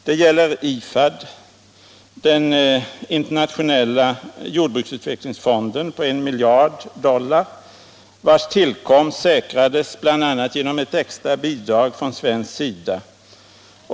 Det gäller IFAD, Internationella jordbruksutvecklingsfonden, på 1 miljard dollar, vars tillkomst säkrades bl.a. genom ett extra bidrag från svensk sida.